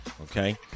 Okay